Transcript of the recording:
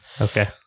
Okay